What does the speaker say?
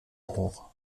hoch